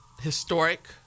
historic